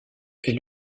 est